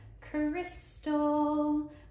crystal